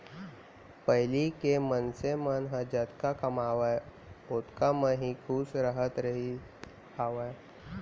पहिली के मनसे मन ह जतका कमावय ओतका म ही खुस रहत रहिस हावय